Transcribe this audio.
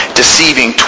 deceiving